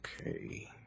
Okay